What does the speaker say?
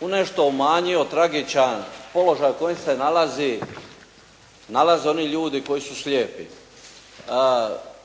unešto umanjio tragičan položaj u kojem se nalaze oni ljudi koji su slijepi.